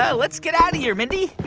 ah let's get out of here, mindy.